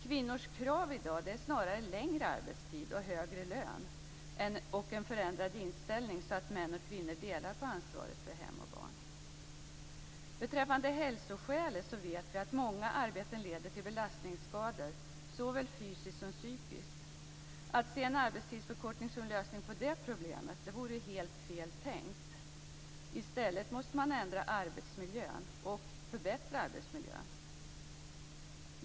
Kvinnors krav i dag är snarare längre arbetstid och högre lön och en förändrad inställning, så att män och kvinnor delar på ansvaret för hem och barn. Beträffande hälsoskälet vet vi att många arbeten leder till belastningsskador såväl fysiskt som psykiskt. Att se en arbetstidsförkortning som lösning på det problemet vore helt fel tänkt. I stället måste man ändra och förbättra arbetsmiljön.